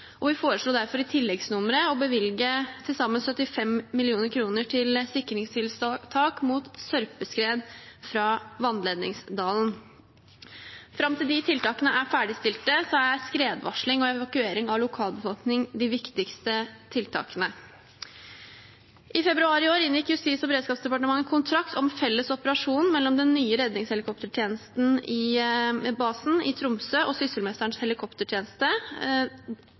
Vi foreslo derfor i tilleggsnummeret å bevilge til sammen 75 mill. kr til sikringstiltak mot sørpeskred fra Vannledningsdalen. Fram til de tiltakene er ferdigstilt, er skredvarsling og evakuering av lokalbefolkning de viktigste tiltakene. I februar i år inngikk Justis- og beredskapsdepartementet kontrakt om felles operasjon mellom den nye redningshelikoptertjenestebasen i Tromsø og Sysselmesterens helikoptertjeneste.